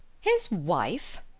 his wife!